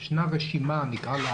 ישנה רשימה, נקרא לה